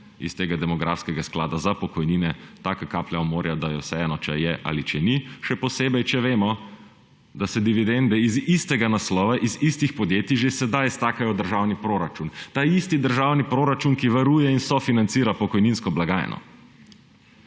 iz tega demografskega sklada za pokojnine taka kaplja v morje, da je vseeno, če je ali če ni, še posebej če vemo, da se dividende iz istega naslova, iz istih podjetij že sedaj stakajo v državni proračun, v ta isti državni proračun, ki varuje in sofinancira pokojninsko blagajno.